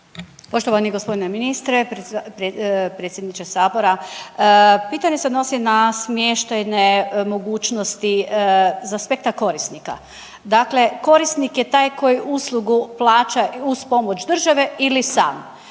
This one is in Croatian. Poštovani g. ministre, predsjedniče sabora. Pitanje se odnosi na smještajne mogućnosti za spekta korisnika, dakle korisnik je taj koji uslugu plaća uz pomoć države ili sam.